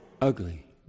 ugly